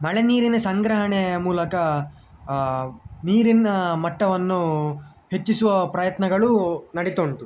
ಮಳೆ ನೀರಿನ ಸಂಗ್ರಹಣೆಯ ಮೂಲಕ ನೀರಿನ ಮಟ್ಟವನ್ನು ಹೆಚ್ಚಿಸುವ ಪ್ರಯತ್ನಗಳು ನಡೀತ ಉಂಟು